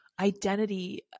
identity